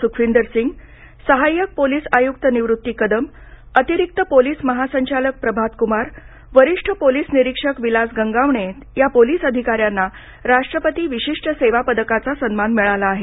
सुखविंदर सिंग सहाय्यक पोलीस आय्क्त निवृत्ती कदम अतिरिक्त पोलीस महासंचालक प्रभात क्मार वरिष्ठ पोलीस निरीक्षक विलास गंगावणे या पोलिस अधिकाऱ्यांना राष्ट्रपती विशिष्ट सेवा पदकाचा सन्मान मिळाला आहे